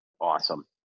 Awesome